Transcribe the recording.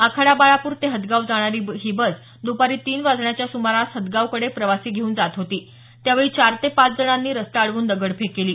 आखाडा बाळापूर ते हदगाव जाणारी ही बस दुपारी तीन वाजण्याच्या सुमारास हदगावकडे प्रवासी घेऊन जात होती त्यावेळी चार ते पाच जणांनी रस्ता अडवून दगडफेक केली